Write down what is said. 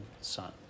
son